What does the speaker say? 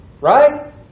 Right